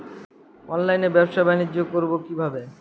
অনলাইনে ব্যবসা বানিজ্য করব কিভাবে?